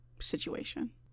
situation